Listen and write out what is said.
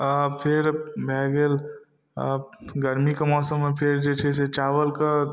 फिर भए गेल गर्मीके मौसममे फेर जे छै से चावलके